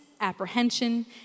apprehension